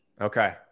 Okay